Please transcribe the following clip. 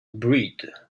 breed